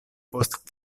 post